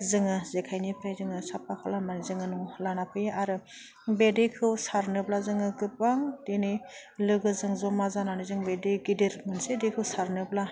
जोङो जेखायनिफ्राय जोङो साफ्फा खालामना जोङो न'वाव लाना फैयो आरो बे दैखौ सारनोब्ला जोङो गोबां दिनै लोगोजों जमा जानानै जों बे दै गिदिर मोनसे दैखौ सारनोब्ला